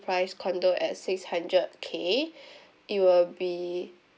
price condo at six hundred K it will be